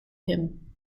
him